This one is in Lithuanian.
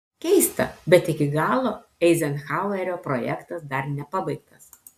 keista bet iki galo eizenhauerio projektas dar nepabaigtas